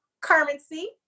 currency